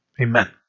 amen